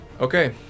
Okay